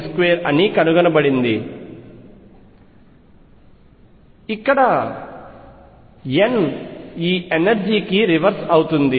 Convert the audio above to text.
6Z2n2 కనుగొనబడింది ఇక్కడ n ఈ ఎనర్జీ కి రివర్స్ అవుతుంది